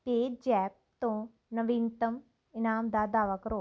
PayZapp ਤੋਂ ਨਵੀਨਤਮ ਇਨਾਮ ਦਾ ਦਾਅਵਾ ਕਰੋ